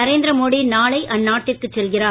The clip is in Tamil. நரேந்திர மோடி நாளை அந்நாட்டிற்கு செல்கிறார்